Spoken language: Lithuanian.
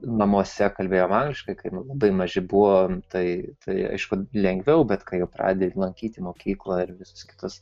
namuose kalbėjom angliškai kaip labai maži buvom tai tai aišku lengviau bet kai jau pradedi lankyti mokyklą ir visus kitus